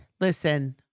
Listen